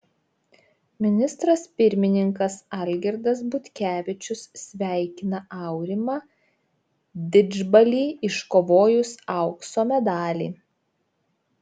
ministras pirmininkas algirdas butkevičius sveikina aurimą didžbalį iškovojus aukso medalį